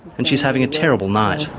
and she's having a terrible night.